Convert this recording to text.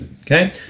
okay